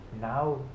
now